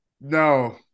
No